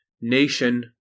Nation